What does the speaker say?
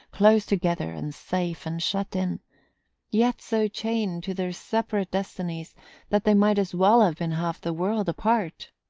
close together and safe and shut in yet so chained to their separate destinies that they might as well have been half the world apart.